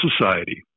society